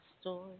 story